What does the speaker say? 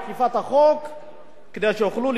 כדי שיוכלו להתמודד עם הבעיה הזאת.